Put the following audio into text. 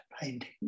painting